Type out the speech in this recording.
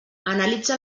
analitza